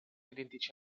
identici